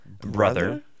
brother